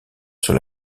sur